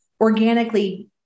organically